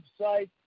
website